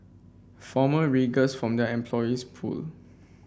former riggers form their employees pool